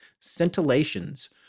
scintillations